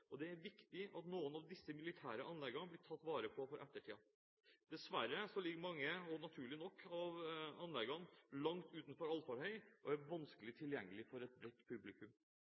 og det er viktig at noen av disse militære anleggene blir tatt vare på for ettertiden. Dessverre ligger mange av anleggene naturlig nok langt utenfor allfarvei og er derfor vanskelig tilgjengelig for et bredt publikum.